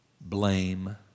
blame